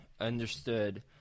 Understood